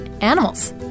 animals